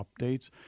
updates